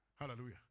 Hallelujah